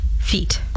Feet